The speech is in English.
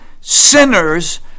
sinners